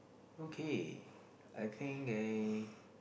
okay I think eh